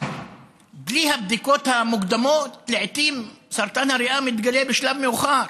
בלי הבדיקות המוקדמות לעיתים סרטן הריאה מתגלה בשלב מאוחר.